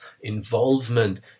involvement